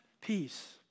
peace